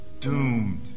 doomed